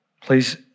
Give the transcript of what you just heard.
Please